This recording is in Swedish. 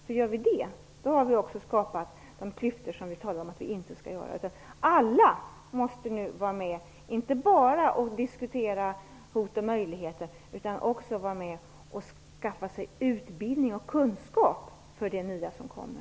Det kanske en del av oss medverkade till på 70-talet. Om vi gör det skapar vi de klyftor som vi säger inte får uppstå. Alla måste vara med, inte bara för att diskutera hot och möjligheter utan också för att skaffa sig utbildning och kunskap för det nya som kommer.